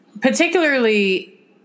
Particularly